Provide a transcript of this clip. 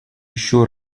еще